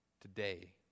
today